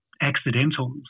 accidentals